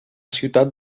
ciutat